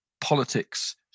politics